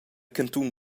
cantun